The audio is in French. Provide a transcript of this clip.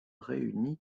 réunit